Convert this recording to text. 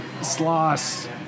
sloths